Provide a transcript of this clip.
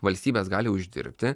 valstybės gali uždirbti